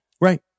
Right